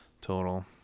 total